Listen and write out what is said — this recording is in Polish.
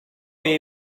jej